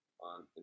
on